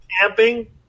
camping